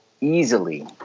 easily